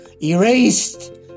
Erased